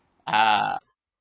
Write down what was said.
uh